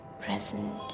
present